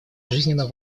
жизненно